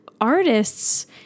artists